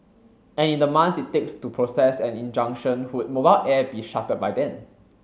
and in the months it takes to process an injunction would Mobile Air be shuttered by then